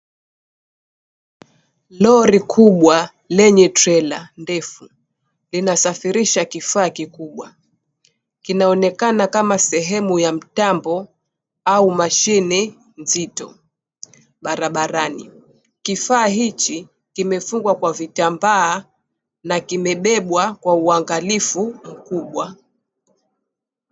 Lori kubwa lenye trella ndefu, linasafirisha kifaa likubwa linaonekana kama sehemu ya mtambo au mashine mpya barabarani. Kifaa hichi kimefungwa kwa kitambaa na kimebebwa kwa uangalifu mkubwa.